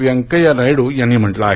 वेंकय्या नायडू यांनी म्हटलं आहे